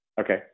Okay